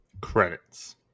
Credits